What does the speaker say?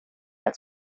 als